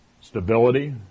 Stability